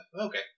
Okay